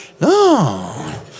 No